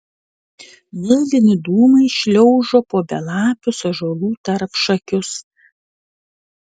mėlyni dūmai šliaužo po belapius ąžuolų tarpšakius